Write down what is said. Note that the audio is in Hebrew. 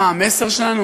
מה המסר שלנו,